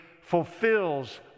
fulfills